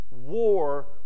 war